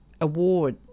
award